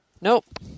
Nope